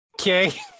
okay